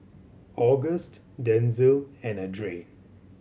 August Denzil and Adrain